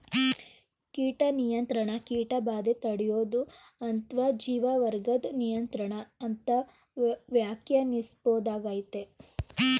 ಕೀಟ ನಿಯಂತ್ರಣ ಕೀಟಬಾಧೆ ತಡ್ಯೋದು ಅತ್ವ ಜೀವವರ್ಗದ್ ನಿಯಂತ್ರಣ ಅಂತ ವ್ಯಾಖ್ಯಾನಿಸ್ಬೋದಾಗಯ್ತೆ